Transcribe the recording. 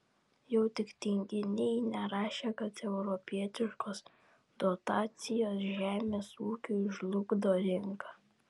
jau tik tinginiai nerašė kad europietiškos dotacijos žemės ūkiui žlugdo rinką